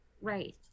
right